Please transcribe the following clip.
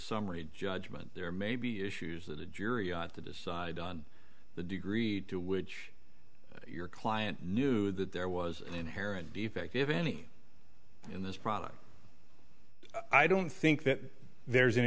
summary judgment there may be issues that the jury to decide on the degree to which your client knew that there was an inherent defect if any in this product i don't think that there's an